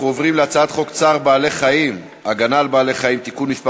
אנחנו עוברים להצעת חוק צער בעלי-חיים (הגנה על בעלי-חיים) (תיקון מס'